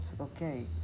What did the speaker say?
okay